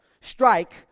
strike